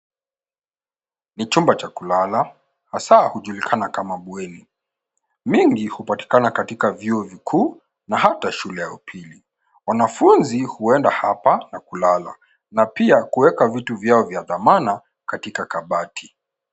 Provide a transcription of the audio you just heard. Ni chumba cha kulaala, hasa hujulikana kama bweni. Mingi hupatikana katika vyuo vikuu na hata shule ya upili. Wanafunzi huenda hapa na kulala na pia kuweka vitu vyao vya dhamana katika kabati.